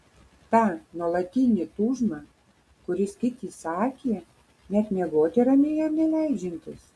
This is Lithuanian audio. tą nuolatinį tūžmą kuris kiti sakė net miegoti ramiai jam neleidžiantis